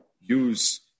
use